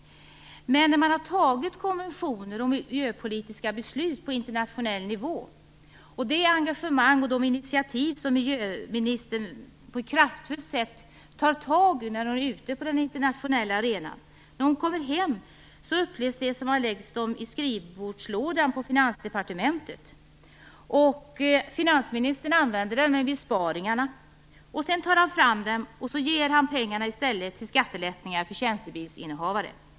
När miljöministern uppträder på den internationella arenan tar hon ofta på ett engagerat och kraftfullt sätt tag i initiativen, men när hon kommer hem läggs konventioner och miljöpolitiska beslut på internationell nivå i skrivbordslådorna på Finansdepartementet - så upplevs det. Finansministern använder dem för att få fram besparingarna, och sedan låter han pengarna gå till skattelättnader för tjänstebilsinnehavare.